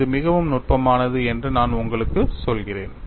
இது மிகவும் நுட்பமானது என்று நான் உங்களுக்கு சொல்கிறேன்